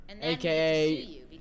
AKA